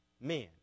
men